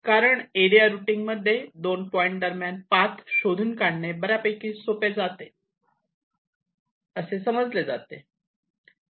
कारण area routing मध्ये दोन पॉईंट दरम्यान पाथ शोधून काढणे बऱ्यापैकी सोपे जाते असे समजले जाते